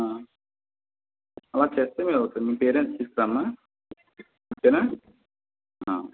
అలా చేస్తే మీరు ఒకసారి మీ పేరెంట్స్ని తీసుకురామ్మా ఓకేనా